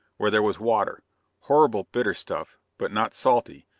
where there was water horrible, bitter stuff, but not salty,